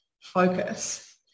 focus